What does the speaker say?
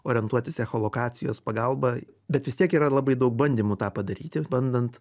orientuotis echolokacijos pagalba bet vis tiek yra labai daug bandymų tą padaryti bandant